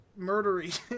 murdery